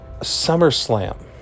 SummerSlam